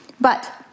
But-